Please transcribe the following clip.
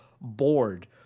bored